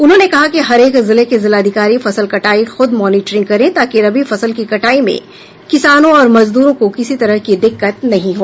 उन्होंने कहा कि हरेक जिले के जिलाधिकारी फसल कटाई खूद मॉनिटिरिंग करें ताकि रबी फसल की कटाई में किसानों और मजदूरों को किसी तरह की दिक्कत नहीं हो